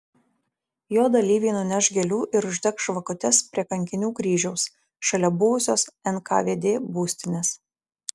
jo dalyviai nuneš gėlių ir uždegs žvakutes prie kankinių kryžiaus šalia buvusios nkvd būstinės